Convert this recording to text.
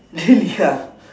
really ah